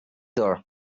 there